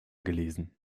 gelesen